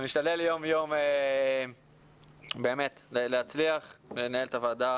אני משתדל יום יום באמת להצליח ולנהל את הוועדה